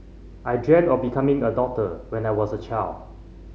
I dreamt of becoming a doctor when I was a child